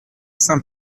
saint